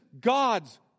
God's